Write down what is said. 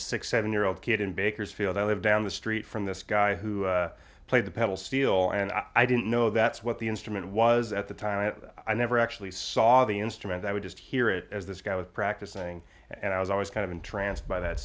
the six seven year old kid in bakersfield i lived down the street from this guy who played the pedal steel and i didn't know that's what the instrument was at the time it i never actually saw the instrument i would just hear it as this guy was practicing and i was always kind of entranced by that